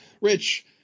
Rich